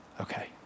Okay